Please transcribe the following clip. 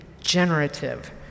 generative